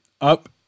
up